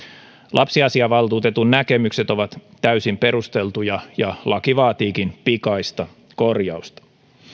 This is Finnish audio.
lapsiasiainvaltuutetun näkemykset ovat täysin perusteltuja ja laki vaatiikin pikaista korjausta